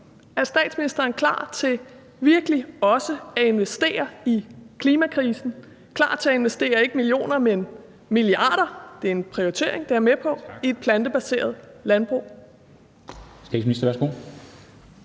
Er statsministeren klar til virkelig også at investere i klimakrisen og klar til at investere ikke millioner, men milliarder – det er en prioritering; det er jeg med på – i et plantebaseret landbrug?